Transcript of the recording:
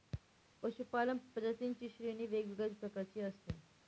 पशूपालन प्रजातींची श्रेणी वेगवेगळ्या प्रकारची असते